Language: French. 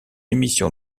émission